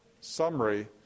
summary